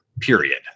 period